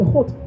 God